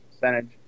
percentage